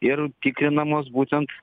ir tikrinamos būtent